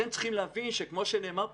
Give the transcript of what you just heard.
אתם צריכים להבין שכמו שנאמר פה,